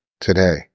today